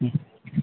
हुँ